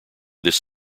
this